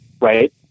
Right